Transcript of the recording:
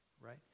right